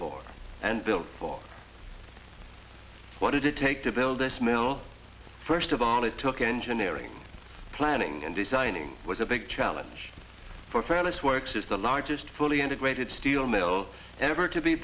for and build for what did it take to build this mill first of all it took engineering planning and designing was a big challenge for fairness works is the largest fully integrated steel mill ever to be